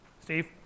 Steve